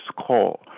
call